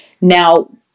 Now